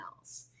else